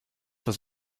was